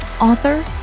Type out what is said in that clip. author